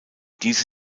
diese